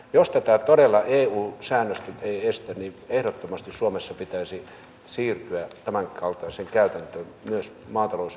jos tätä todella eu säännökset eivät estä niin ehdottomasti suomessa pitäisi siirtyä tämänkaltaiseen käytäntöön myös maatalousyrittäjien kohdalla